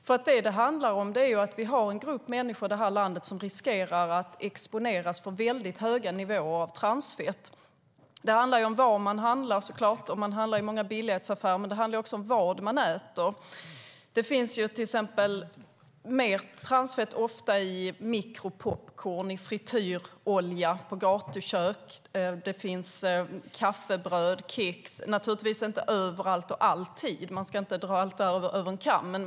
Vad det handlar om är nämligen att vi har en grupp människor i det här landet som riskerar att exponeras för väldigt höga nivåer av transfett. Det handlar såklart om var man handlar - om man handlar i många billighetsaffärer - men också om vad man äter. Det finns till exempel ofta mer transfett i mikropopcorn, frityrolja i gatukök, kaffebröd och kex. Det är naturligtvis inte överallt och alltid; man ska inte dra allt över en kam.